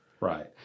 right